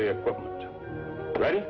the right